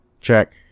Check